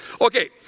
Okay